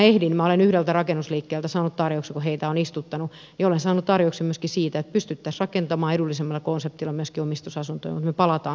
minä olen yhdeltä rakennusliikkeeltä saanut tarjouksen kun heitä olen istuttanut myöskin siitä että pystyttäisiin rakentamaan edullisemmalla konseptilla myöskin omistusasuntoja